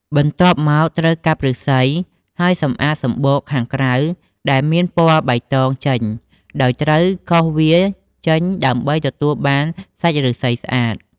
បន្ទាប់មក ត្រូវកាប់ឫស្សី ហើយសម្អាតសំបកខាងក្រៅដែលមានពណ៌បៃតងចេញ ដោយត្រូវកោសវាចេញដើម្បីទទួលបានសាច់ឫស្សីស្អាត ។